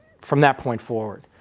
from that point forward.